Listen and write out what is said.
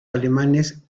alemanes